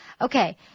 Okay